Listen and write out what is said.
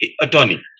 attorney